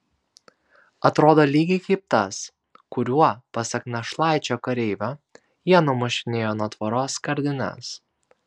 atrodo lygiai kaip tas kuriuo pasak našlaičio kareivio jie numušinėjo nuo tvoros skardines